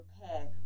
repair